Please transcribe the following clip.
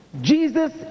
Jesus